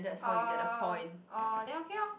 oh oh then okay lor